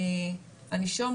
הנישום,